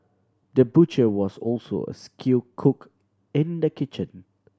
the butcher was also a skilled cook in the kitchen